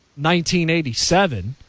1987